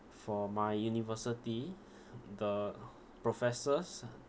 for my university the professors